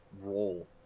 role